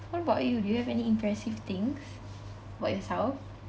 what about you do you have any impressive things about yourself